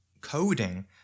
coding